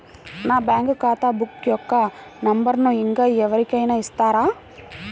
నా బ్యాంక్ ఖాతా బుక్ యొక్క నంబరును ఇంకా ఎవరి కైనా ఇస్తారా?